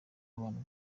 w’abantu